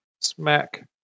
smack